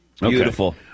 beautiful